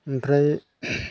ओमफ्राय